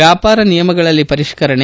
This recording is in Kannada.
ವ್ನಾಪಾರ ನಿಯಮಗಳಲ್ಲಿ ಪರಿಷ್ಕರಣೆ